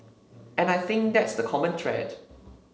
and I think that's the common thread